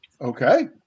okay